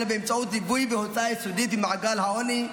אלא באמצעות ליווי והוצאה יסודית ממעגל העוני,